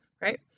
right